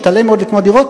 משתלם מאוד לקנות דירות,